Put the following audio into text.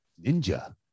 Ninja